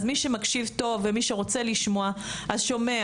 אז מי שמקשיב טוב ומי שרוצה לשמוע שומע